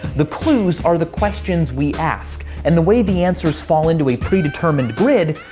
the clues are the questions we ask, and the way the answers fall into a predetermined grid,